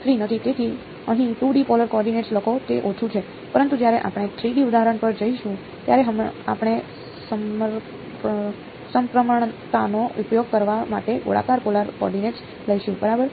તેથી અહીં 2D polar coordinates લખો તે ઓછું છે પરંતુ જ્યારે આપણે 3D ઉદાહરણ પર જઈશું ત્યારે આપણે સમપ્રમાણતાનો ઉપયોગ કરવા માટે ગોળાકાર પોલાર કોઓર્ડિનેટ્સ લઈશું બરાબર